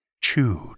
chewed